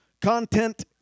content